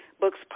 Books